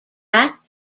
act